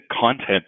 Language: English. content